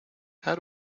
how